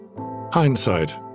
Hindsight